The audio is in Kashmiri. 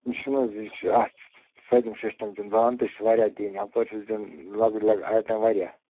یہِ چھُنہٕ حظ یہِ چھُ اَتھ سٲلِم سِسٹَم دیُن بانہٕ تہِ چھِ واریاہ دِنۍ اَپٲرۍ چھُس دیُن لۅکٕٹۍ لۅکٕٹۍ آیٹَم واریاہ